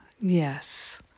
Yes